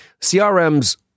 CRM's